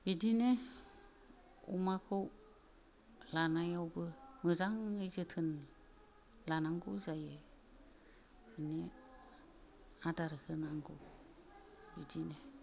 बिदिनो अमाखौ लानायावबो मोजाङै जोथोन लानांगौ जायो बेनो आदार होनांगौ बिदिनो